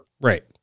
Right